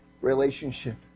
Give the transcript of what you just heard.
relationship